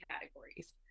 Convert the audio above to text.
categories